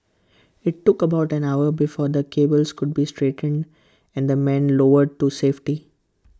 IT took about an hour before the cables could be straightened and the men lowered to safety